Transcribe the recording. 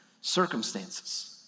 circumstances